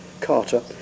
Carter